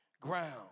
ground